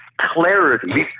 clarity